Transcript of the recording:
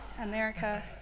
America